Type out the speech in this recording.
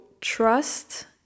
trust